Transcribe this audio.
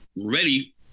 ready